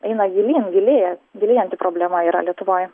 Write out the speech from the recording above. eina gilyn gilėja gilėjanti problema yra lietuvoj